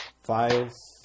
Files